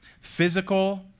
physical